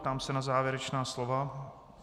Ptám se na závěrečná slova.